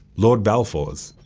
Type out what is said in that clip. lord balfour's.